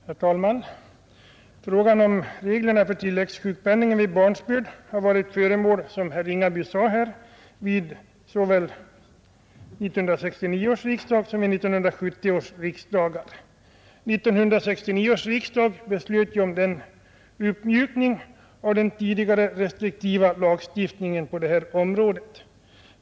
Herr talman! Frågan om reglerna för tilläggssjukpenningen vid barnsbörd har som herr Ringaby sade varit föremål för behandling vid såväl 1969 som 1970 års riksdagar. 1969 års riksdag beslöt om en uppmjukning av den tidigare restriktiva lagstiftningen på detta område.